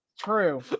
True